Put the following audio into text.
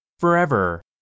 forever